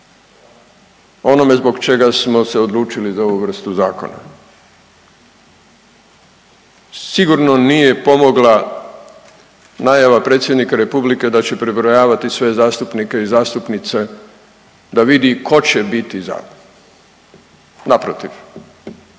onome zbog čega smo se odlučili za ovu vrstu zakona. Sigurno nije pomogla najava predsjednika Republike da će prebrojavati sve zastupnike i zastupnice da vidi ko će biti za. Naprotiv,